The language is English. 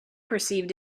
perceived